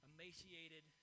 Emaciated